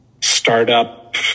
startup